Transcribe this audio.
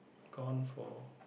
gone for